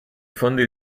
fondi